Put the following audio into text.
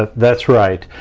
ah that's right,